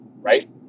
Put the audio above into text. right